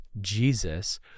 Jesus